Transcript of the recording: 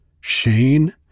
Shane